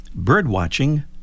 Birdwatching